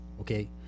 Okay